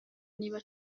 niba